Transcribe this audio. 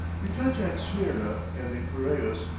we touch at smyrna and the piraeus,